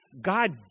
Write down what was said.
God